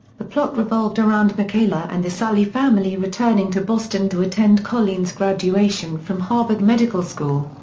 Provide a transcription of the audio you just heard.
the plot revolved around michaela and the sully family returning to boston to attend colleen's graduation from harvard medical school.